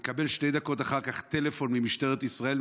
ושתי דקות אחר כך הוא מקבל טלפון ממשטרת ישראל,